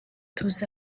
tuzi